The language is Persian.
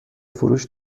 فروش